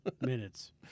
minutes